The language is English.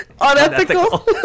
unethical